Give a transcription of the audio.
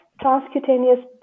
transcutaneous